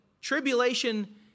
tribulation